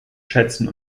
schätzen